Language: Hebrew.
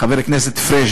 חבר הכנסת פריג',